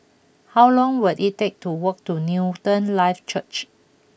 how long will it take to walk to Newton Life Church